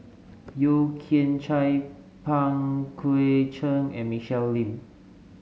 Yeo Kian Chye Pang Guek Cheng and Michelle Lim